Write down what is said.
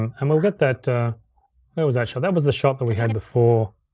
um and we'll get that, where was that shot, that was the shot that we had before